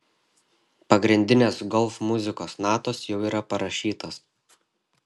pagrindinės golf muzikos natos jau yra parašytos